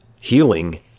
healing